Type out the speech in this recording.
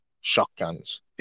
shotguns